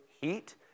heat